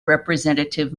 representative